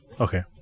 Okay